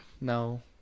no